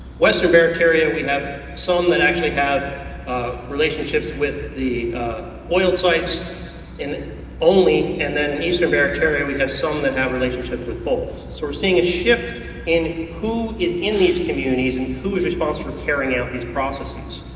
western bare terriar we have some that actually have relationships with the oiled sites only, and then in eastern bare terriar we have some that have a relationship with both. so we're seeing a shift in who is in these communities and who is responsible for carrying out these processes.